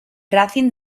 racing